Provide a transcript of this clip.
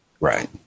right